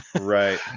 Right